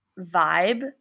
vibe